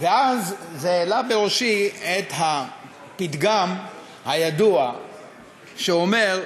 וזה העלה בראשי את הפתגם הידוע שאומר: